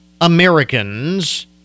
Americans